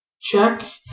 check